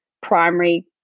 primary